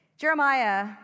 Jeremiah